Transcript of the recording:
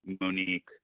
Monique